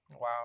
Wow